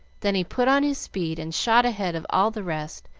then he put on his speed and shot ahead of all the rest,